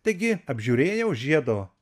taigi apžiūrėjau žiedo